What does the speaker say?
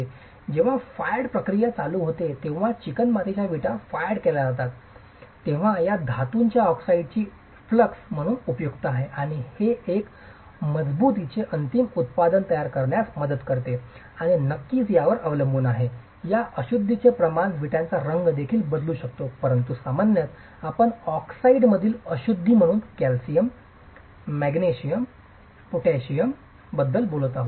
तर जेव्हा फायर्ड प्रक्रिया चालू होते जेव्हा चिकणमातीच्या विटा फायर्ड केल्या जातत तेव्हा या धातूच्या ऑक्साईडची उपस्थिती फ्लक्स म्हणून उपयुक्त आहे आणि एक मजबूत अंतिम उत्पादन तयार करण्यास मदत करते आणि नक्कीच यावर अवलंबून आहे या अशुद्धींचे प्रमाण विटांचा रंग देखील बदलू शकतो परंतु सामान्यत आपण ऑक्साईडमधील अशुद्धी म्हणून कॅल्शियम मॅग्नेशियम पोटॅशियमबद्दल calcium magnesium potassium बोलत आहोत